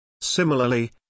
Similarly